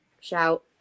Shout